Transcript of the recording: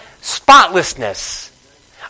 spotlessness